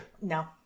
no